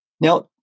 Now